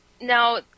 now